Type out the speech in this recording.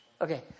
okay